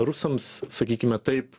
rusams sakykime taip